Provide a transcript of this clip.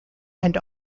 and